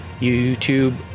YouTube